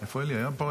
הוא היה פה הרגע.